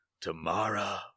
tomorrow